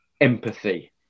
empathy